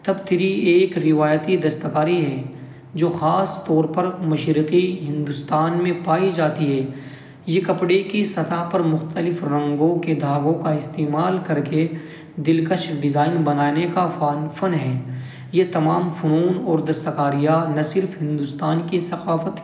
تبتری ایک روایتی دستکاری ہے جو خاص طور پر مشرقی ہندوستان میں پائی جاتی ہے یہ کپڑے کی سطح پر مختلف رنگوں کے دھاگوں کا استعمال کر کے دلکش ڈیزائن بنانے کا فن ہے یہ تمام فنون اور دستکاریاں نہ صرف ہندوستان کی ثقافت